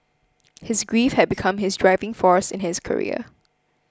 his grief had become his driving force in his career